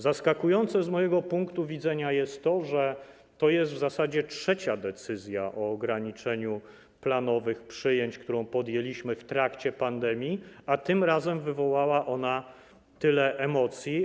Zaskakujące z mojego punktu widzenia jest to, że to jest w zasadzie trzecia decyzja o ograniczeniu planowych przyjęć, którą podjęliśmy w trakcie pandemii, a tym razem wywołała ona tyle emocji.